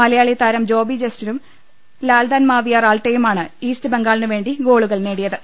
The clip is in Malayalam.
മല യാളി താരം ജോബി ജസ്റ്റിനും ലാൽദാൻമാവിയ റാൾട്ടെയുമാണ് ഈസ്റ്റ് ബംഗാളിന്വേണ്ടി ഗോളുകൾ നേടിയത്